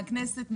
מהכנסת,